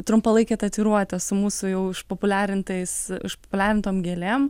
trumpalaikę tatuiruotę su mūsų jau išpopuliarintais išpopuliarintom gėlėm